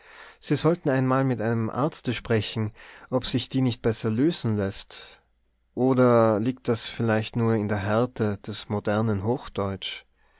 sie sollten einmal mit einem arzte sprechen ob sich die nicht besser lösen läßt oder liegt das vielleicht nur in der härte des modernen hochdeutsch